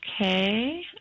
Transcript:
Okay